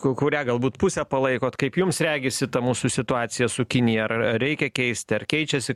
kurią galbūt pusę palaikot kaip jums regisi ta mūsų situacija su kinija ar reikia keisti ar keičiasi